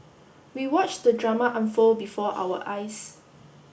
we watched the drama unfold before our eyes